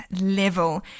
level